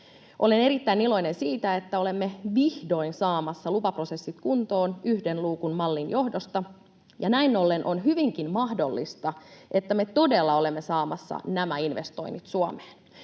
Olen erittäin iloinen siitä, että olemme vihdoin saamassa lupaprosessit kuntoon yhden luukun mallin johdosta, ja näin ollen on hyvinkin mahdollista, että me todella olemme saamassa nämä investoinnit Suomeen.